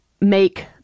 make